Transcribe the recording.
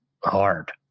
hard